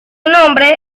nombre